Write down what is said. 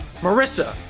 Marissa